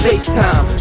FaceTime